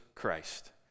Christ